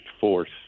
force